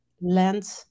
land